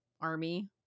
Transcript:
Army